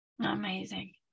amazing